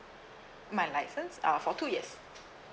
my license uh for two years